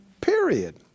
period